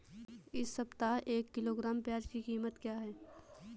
इस सप्ताह एक किलोग्राम प्याज की कीमत क्या है?